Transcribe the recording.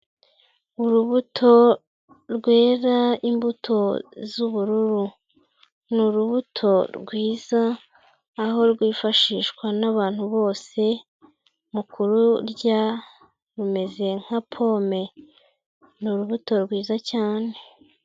Urubuto rwera imbuto z'ubururu ni urubuto rwiza aho rwifashishwa n'abantu bose mu kururya rumeze nka pome, ni urubuto rwiza cyane.